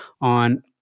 on